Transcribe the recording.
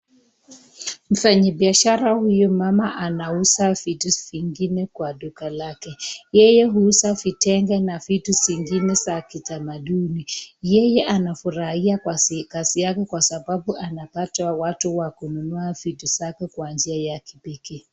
Mfanyibiashara huyu mama anauza vitu zingine Kwa duka lake yeye uzaa vitenge na zingine za kidamaduni yeye anafurahia kazi kwa sababu anapata watu wa kununua vitu zake kwa njia ya kipekee.